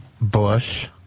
Bush